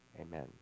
amen